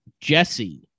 Jesse